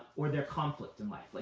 or their conflict in life. like